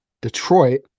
Detroit